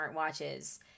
smartwatches